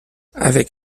avec